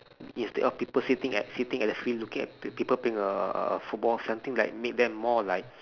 yes instead people sitting at sitting at the field looking at pe~ people playing uh football something like make them more like